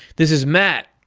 this is matt.